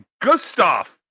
Gustav